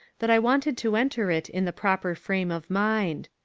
that i wanted to enter it in the proper frame of mind.